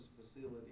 facility